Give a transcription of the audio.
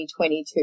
2022